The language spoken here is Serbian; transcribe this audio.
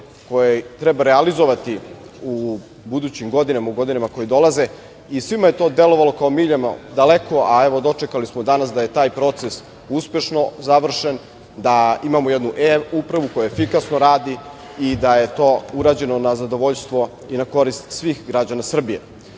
koje treba realizovati u budućim godinama, u godinama koje dolaze i svima je to delovalo kao miljama daleko, a evo dočekali smo danas da je taj proces uspešno završen, da imamo jednu e-upravu koja efikasno radi i da je to urađeno na zadovoljstvo i na korist svih građana